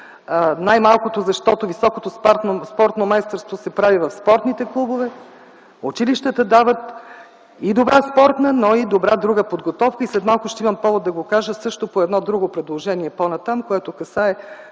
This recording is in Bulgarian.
най-малкото защото високото спортно майсторство се прави в спортните клубове. Училищата дават и добра спортна, но и добра друга подготовка. След малко ще имам повод да го кажа също - по едно друго предложение по-нататък, което касае